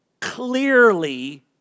clearly